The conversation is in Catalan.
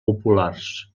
populars